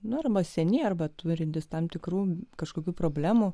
normą seni arba turintys tam tikrų kažkokių problemų